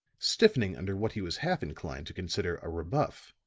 stiffening under what he was half inclined to consider a rebuff.